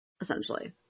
essentially